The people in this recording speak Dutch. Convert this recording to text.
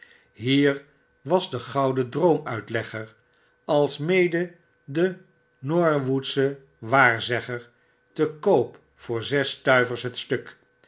hier was de gouden droomuitlegger alsmede de norwoodsche waarzegger te koop voor zes stuivers het stuk